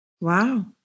Wow